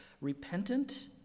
repentant